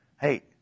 hey